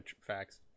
facts